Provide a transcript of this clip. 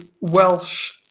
Welsh